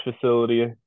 facility